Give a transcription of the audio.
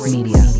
Media